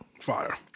Fire